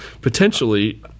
potentially